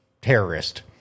terrorist